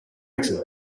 jackson